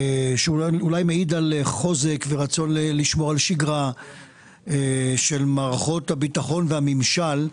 שאולי מעיד על חוזק ועל רצון לשמור על שגרה של מערכות הביטחון והממשל.